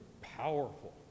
powerful